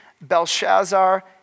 Belshazzar